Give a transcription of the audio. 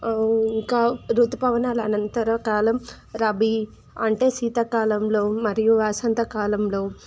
ఇంకా ఋతుపవనాల అనంతరకాలం రబీ అంటే శీతాకాలంలో మరియు వసంతకాలంలో